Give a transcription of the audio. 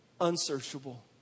unsearchable